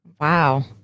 Wow